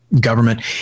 government